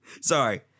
Sorry